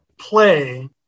play